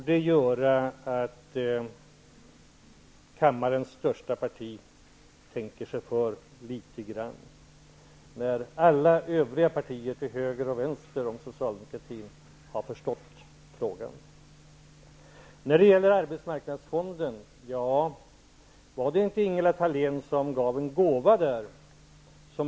Det faktum att alla övriga partier -- till höger och vänster om socialdemokratin -- har förstått detta borde få representanterna för kammarens största parti att tänka sig för litet grand. Var det inte Ingela Thalén som lämnade en gåva ur den?